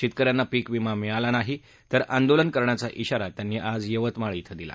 शेतक यांना पीक विमा मिळाला नाही तर आंदोलन करण्याचा श्राा त्यांनी आज यवतमाळ श्रे दिला